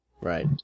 Right